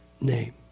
name